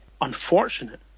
unfortunate